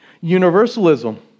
Universalism